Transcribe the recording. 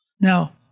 Now